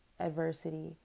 adversity